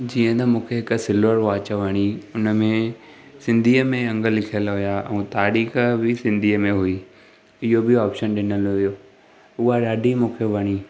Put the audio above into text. जीअं त मूंखे हिकु सिल्वर वॉच वणी हुन में सिंधीअ में अंङ लिखियल हुआ ऐं तारीख़ बि सिंधीअ में हुई इहो बि ऑपशन ॾिनल हुओ उहा ॾाढी मूंखे वणी